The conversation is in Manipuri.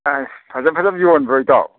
ꯑꯁ ꯐꯖ ꯐꯖꯕ ꯌꯣꯟꯕ꯭ꯔꯣ ꯏꯇꯥꯎ